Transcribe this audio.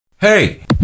Hey